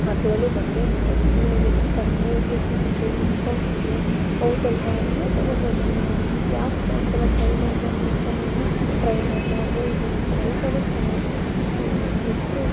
ಅದ್ರಲ್ಲೂ ಬಟ್ಟೇನಂತೂ ತಗೊಳ್ಳೇಬೇಡಿ ಕಡಿಮೆಗೆ ಸಿಗುತ್ತೆ ಡಿಸ್ಕೌಂಟ್ ಇದೆ ಹೌದಲ್ವಾ ಇಲ್ಲೆ ತಗೊಳ್ಬೋದಲ್ವ ಯಾಕೆ ಒಂದ್ಸಲ ಟ್ರೈ ಮಾಡ್ಬಾರ್ದು ಅಂತ ನಾನು ಟ್ರೈ ಮಾಡಿದೆ ಆದರೆ ಇದೊಂದು ಸ್ವಲ್ಪನೂ ಚೆನ್ನಾಗಿಲ್ಲ ಎಷ್ಟು